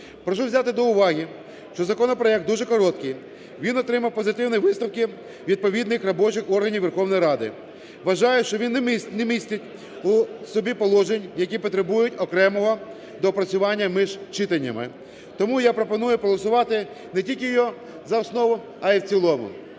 Прошу взяти до уваги, що законопроект дуже короткий. Він отримав позитивні висновки відповідних робочих органів Верховної Ради. Вважаю, що він не містить у собі положень, які потребують окремого доопрацювання між читаннями. Тому я пропоную проголосувати не тільки його за основу, а й в цілому.